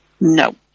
No